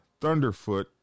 Thunderfoot